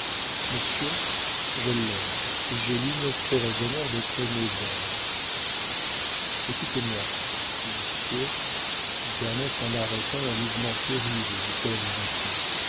monsieur je l'aime et j'ai l'inespéré bonheur d'être aimé d'elle écoutez-moi monsieur dit ernest en arrêtant un mouvement terrible du père irrité